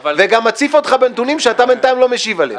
וגם מציף אותך בנתונים שאתה בינתיים לא משיב עליהם.